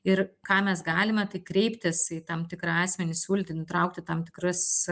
ir ką mes galime tai kreiptis į tam tikrą asmenį siūlyti nutraukti tam tikrus